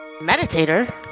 Meditator